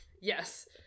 Yes